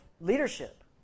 leadership